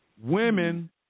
Women